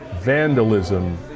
vandalism